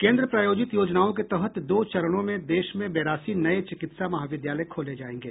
केन्द्र प्रायोजित योजनाओं के तहत दो चरणों में देश में बेरासी नये चिकित्सा महाविद्यालय खोले जाएंगे